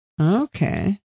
Okay